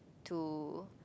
to